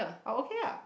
oh okay ah